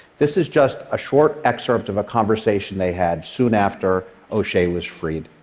this is just a short excerpt of a conversation they had soon after oshea was freed.